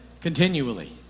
continually